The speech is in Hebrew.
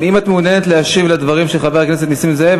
אם את מעוניינת להשיב על הדברים של חבר הכנסת נסים זאב,